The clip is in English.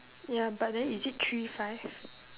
ya but then is it three five